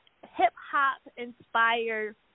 hip-hop-inspired